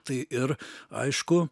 tai ir aišku